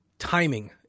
timing